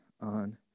on